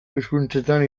hizkuntzetan